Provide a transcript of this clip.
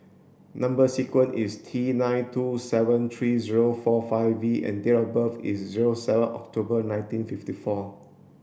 number sequence is T nine two seven three zero four five V and date of birth is zero seven October nineteen fifty four